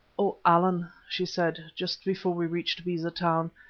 o allan, she said, just before we reached beza town,